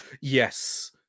Yes